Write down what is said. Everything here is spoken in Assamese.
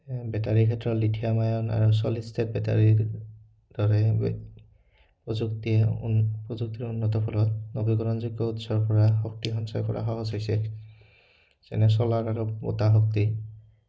বেটাৰীৰ ক্ষেত্ৰত লিঠিয়াম আয়ণ আৰু চলিচষ্টেট বেটাৰীৰ দৰে প্ৰযুক্তিয়ে প্ৰযুক্তিৰ উন্নতৰ ফলত নৱীকৰণযোগ্য উৎসৰপৰা শক্তি সঞ্চয় কৰা সহজ হৈছে যেনে চলাৰ আৰু বতাহ শক্তি